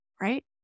right